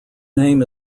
name